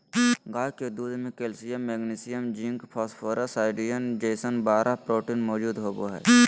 गाय के दूध में calcium, magnesium, zinc, phosphorus, iodine जैसन बारह प्रोटीन मौजूद होबा हइ